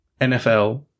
NFL